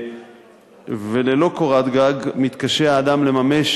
ללא קורת גג מתקשה האדם לממש